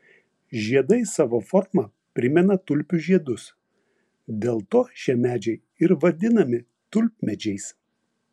žiedai savo forma primena tulpių žiedus dėl to šie medžiai ir vadinami tulpmedžiais